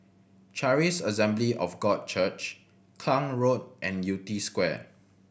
Charis Assembly of God Church Klang Road and Yew Tee Square